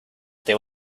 there